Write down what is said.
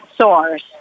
source